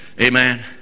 Amen